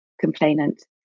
complainant